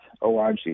org